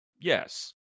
Yes